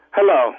Hello